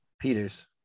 Peters